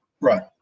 Right